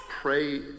pray